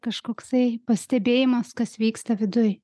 kažkoksai pastebėjimas kas vyksta viduj